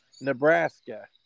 Nebraska –